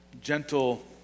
gentle